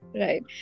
Right